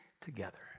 together